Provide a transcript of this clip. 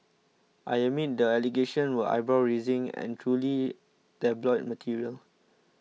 I admit the allegations were eyebrow raising and truly tabloid material